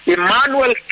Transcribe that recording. Emmanuel